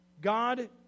God